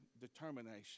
determination